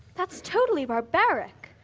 that's totally barbaric.